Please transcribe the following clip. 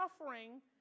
suffering